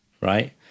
right